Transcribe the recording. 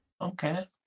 okay